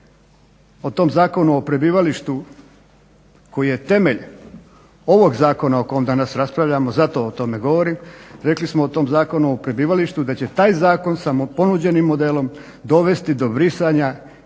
o tom zakonu o prebivalištu koji je temelj ovog zakona o kom danas raspravljamo zato o tome govorim. Rekli smo o tom Zakonu o prebivalištu da će taj zakon samo ponuđenim modelom dovesti do brisanja iz